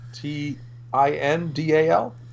T-I-N-D-A-L